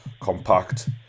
compact